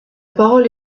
parole